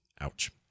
ouch